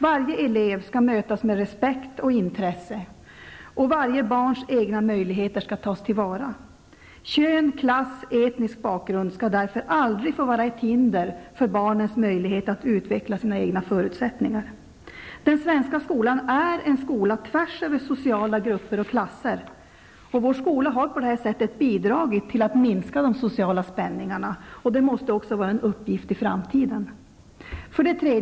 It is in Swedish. Varje elev skall mötas med respekt och intresse, och varje barns egna möjligheter skall tas till vara. Kön, klass och etnisk bakgrund skall därför aldrig få vara ett hinder för barnens möjlighet att utveckla sina egna förutsättningar. Den svenska skolan är en skola tvärsöver sociala grupper och klasser, och vår skola har på detta sätt bidragit till att minska de sociala spänningarna. Det måste vara en uppgift för skolan också i framtiden. 3.